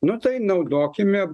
nu tai naudokime